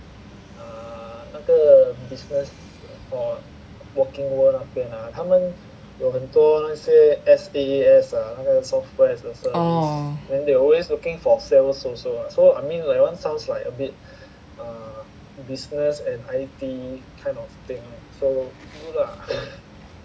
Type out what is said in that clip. oh